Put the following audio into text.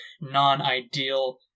non-ideal